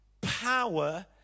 power